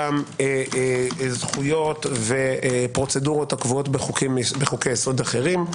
גם זכויות ופרוצדורות הקבועות בחוקי יסוד אחרים.